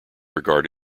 regard